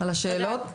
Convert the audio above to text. על השאלות,